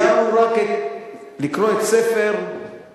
אני רוצה להזכיר שסיימנו לקרוא את ספר בראשית,